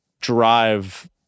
drive